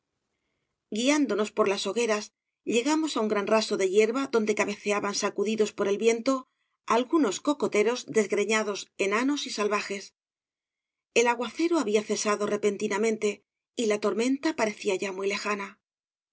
guiándonos por las hogueras llegamos á un gran raso de yerba donde cabeceaban sacudidos por el viento algunos cocoteros w obras de valle inclan desgreñados enanos y salvajes el aguacero había cesado repentinamente y la tormenta parecía ya muy lejana